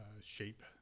shape